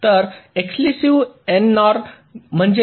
तर exclusive NOR म्हणजे काय